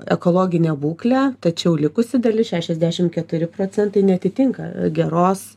ekologinę būklę tačiau likusi dalis šešiasdešim keturi procentai neatitinka geros